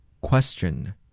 Question